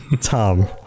tom